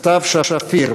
סתיו שפיר,